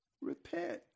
repent